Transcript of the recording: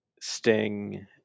Sting